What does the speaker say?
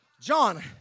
John